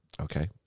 Okay